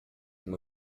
uma